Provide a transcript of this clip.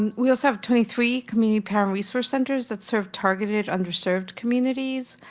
and we also have twenty three community parent resource centers that serve targeted underserved communities.